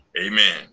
Amen